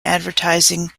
advertising